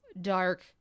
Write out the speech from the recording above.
dark